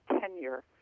tenure